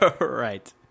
Right